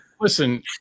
listen